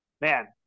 man